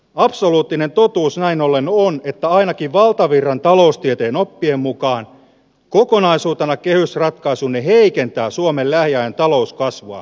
absoluuttinen totuus näin ollen on että ainakin valtavirran taloustieteen oppien mukaan kokonaisuutena kehysratkaisunne heikentää suomen lähiajan talouskasvua ja työllisyyttä